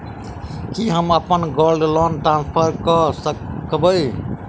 की हम अप्पन gold loan transfer करऽ सकबै?